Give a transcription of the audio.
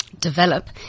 develop